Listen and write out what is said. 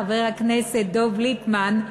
חבר הכנסת דב ליפמן,